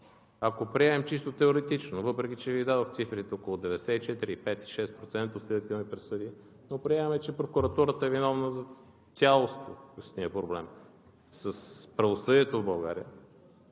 Ако приемем чисто теоретично, въпреки че Ви дадох цифри тук от 94% – 95% – 96% осъдителни присъди, но приемаме, че прокуратурата е виновна за цялостния проблем с правосъдието в България,